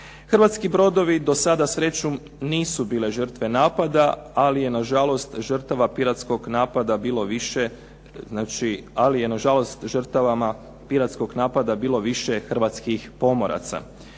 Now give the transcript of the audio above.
Hrvatski brodovi do sada srećom nisu bile žrtve napada, ali je na žalost žrtava piratskog napada bilo više, znači ali